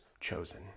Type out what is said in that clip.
chosen